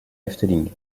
efteling